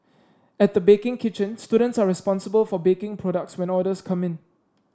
at the baking kitchen students are responsible for baking products when orders come in